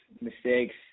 mistakes